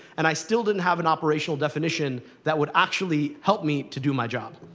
and i still didn't have an operational definition that would actually help me to do my job.